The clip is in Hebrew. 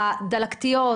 הדלקתיות,